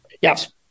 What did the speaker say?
Yes